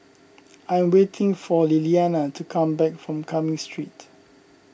I am waiting for Liliana to come back from Cumming Street